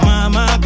Mama